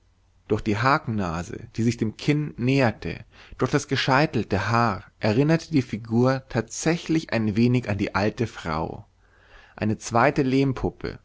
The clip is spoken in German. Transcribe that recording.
durch die hakennase die sich dem kinn näherte und durch das gescheitelte haar erinnerte die figur tatsächlich ein wenig an die alte frau eine zweite